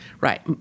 Right